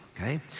Okay